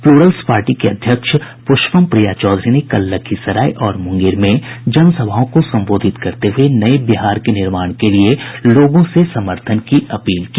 Plurals पार्टी की अध्यक्ष पुष्पम प्रिया चौधरी ने कल लखीसराय और मुंगेर में जनसभाओं को संबोधित करते हुये नये बिहार के निर्माण के लिए लोगों से समर्थन की अपील की